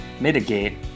mitigate